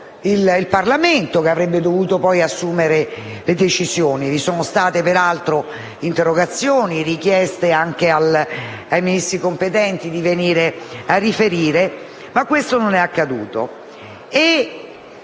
il Parlamento che avrebbe dovuto, poi, assumere delle decisioni. Vi sono state, peraltro, interrogazioni e richieste ai Ministri competenti di venire a riferire, ma questo non è accaduto.